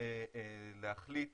להחליט